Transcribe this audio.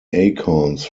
acorns